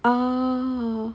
oh